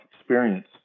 experience